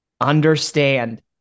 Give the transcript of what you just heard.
understand